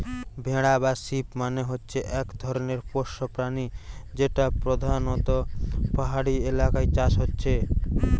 ভেড়া বা শিপ মানে হচ্ছে এক ধরণের পোষ্য প্রাণী যেটা পোধানত পাহাড়ি এলাকায় চাষ হচ্ছে